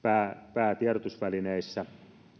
päätiedotusvälineissä